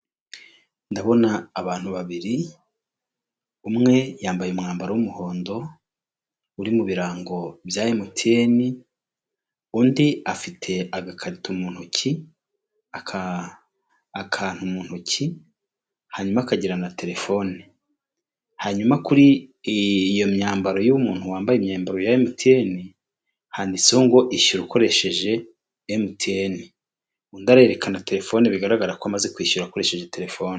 Imodoka ziri mu ibara ry'umweru zitwara abagenzi, hari umugabo wambaye ishati ya karokaro n’ipantaro y’umukara ahagaze mu idirishya, hari n'abandi bagenda n'amaguru bisa naho baje gutega.